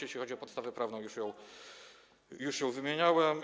Jeśli chodzi o podstawę prawną, już ją wymieniałem.